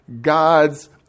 god's